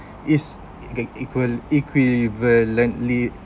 is eq~ equal equivalently